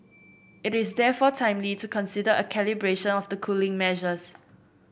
it is therefore timely to consider a calibration of the cooling measures